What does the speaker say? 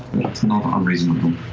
it's not unreasonable.